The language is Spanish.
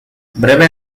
breve